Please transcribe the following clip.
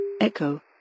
Echo